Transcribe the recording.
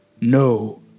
no